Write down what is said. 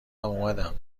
اومدم